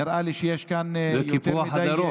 נראה לי שיש כאן יותר מדי, זה קיפוח הדרום.